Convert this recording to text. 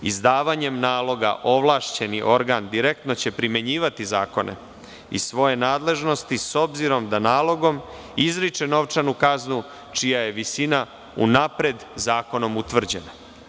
Izdavanjem naloga ovlašćeni organ direktno će primenjivati zakone i svoje nadležnosti, s obzirom da nalogom izriče novčanu kaznu čija je visina unapred zakonom utvrđena.